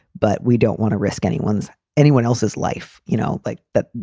but we don't want to risk anyone's anyone else's life, you know, like that.